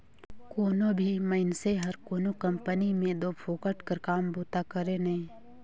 कोनो भी मइनसे हर कोनो कंपनी में दो फोकट कर काम बूता करे नई